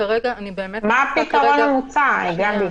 מה הפתרון המוצע, גבי?